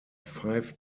five